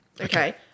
Okay